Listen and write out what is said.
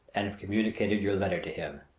and communicated your letter to him,